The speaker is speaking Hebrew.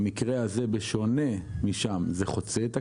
במקרה הזה, בשונה משם, זה חוצה את הקו,